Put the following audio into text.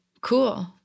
Cool